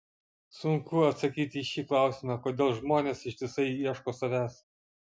sunku atsakyti į šį klausimą kodėl žmonės ištisai ieško savęs